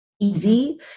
easy